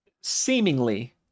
Seemingly